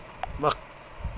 وقت